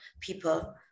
people